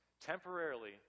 temporarily